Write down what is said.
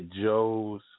Joe's